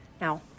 Now